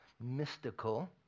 mystical